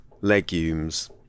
legumes